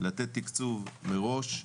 לתת תקצוב מראש,